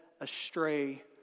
astray